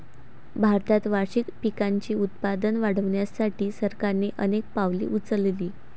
भारतात वार्षिक पिकांचे उत्पादन वाढवण्यासाठी सरकारने अनेक पावले उचलली